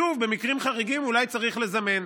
שוב, במקרים חריגים אולי צריך לזמן.